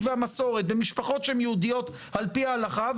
והמסורת במשפחות שהן יהודיות על-פי ההלכה,